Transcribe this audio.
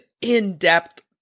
in-depth